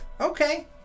Okay